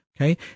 Okay